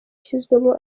yashyizwemo